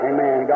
Amen